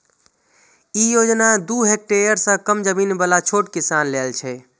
ई योजना दू हेक्टेअर सं कम जमीन बला छोट किसान लेल छै